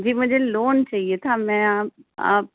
جی مجھے لون چاہیے تھا میں آپ